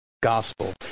gospel